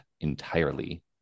entirely